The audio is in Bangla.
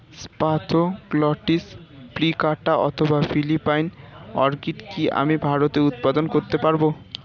স্প্যাথোগ্লটিস প্লিকাটা অথবা ফিলিপাইন অর্কিড কি আমি ভারতে উৎপাদন করতে পারবো?